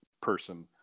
person